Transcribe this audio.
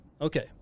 okay